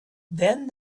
then